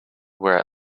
were